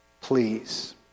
please